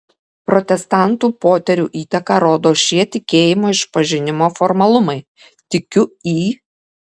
protestantų poterių įtaką rodo šie tikėjimo išpažinimo formulavimai tikiu į